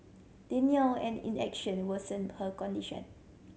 denial and inaction worsened her condition